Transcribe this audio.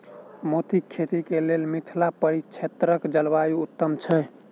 मोतीक खेती केँ लेल मिथिला परिक्षेत्रक जलवायु उत्तम छै?